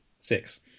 Six